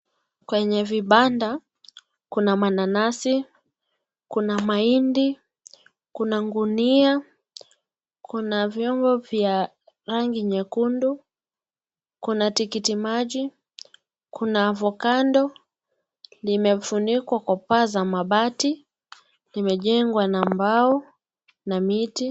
Kwenye vibanda, kuna mananasi, kuna mahindi, kuna gunia, kuna vyombo vyenye rangi nyekundu, kuna tikiti maji, kuna avokado, limefunikwa kwa paa za mabati, limejengwa na mbao na miti.